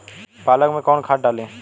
पालक में कौन खाद डाली?